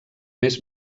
més